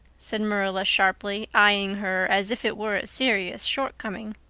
said marilla sharply, eying her as if it were a serious shortcoming.